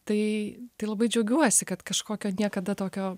tai tai labai džiaugiuosi kad kažkokio niekada tokio